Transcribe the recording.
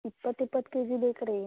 ಇಪ್ಪತ್ತು ಇಪ್ಪತ್ತು K G ಬೇಕು ರೀ